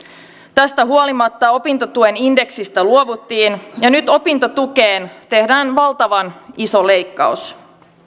tästä huolimatta opintotuen indeksistä luovuttiin ja nyt opintotukeen tehdään valtavan iso leikkaus